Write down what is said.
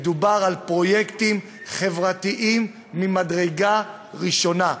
מדובר על פרויקטים חברתיים ממדרגה ראשונה.